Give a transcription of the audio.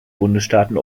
bundesstaaten